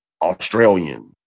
Australian